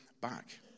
back